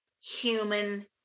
human